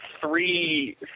three